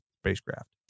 spacecraft